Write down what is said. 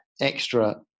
extra